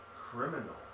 criminal